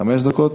חמש דקות.